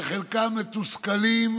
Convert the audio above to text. שחלקם מתוסכלים